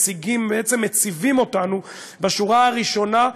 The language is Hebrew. מציבים אותנו בשורה הראשונה,